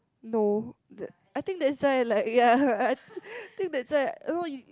no that I think that's why like ya I think that's why no you